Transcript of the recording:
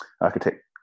architect